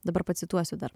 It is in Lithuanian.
dabar pacituosiu dar